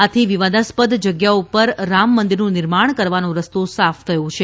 આથી વિવાદાસ્પદ જગ્યા ઉપર રામ મંદિરનું નિર્માણ કરવાનો રસ્તો સાફ થયો છે